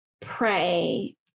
pray